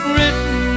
Written